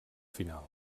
final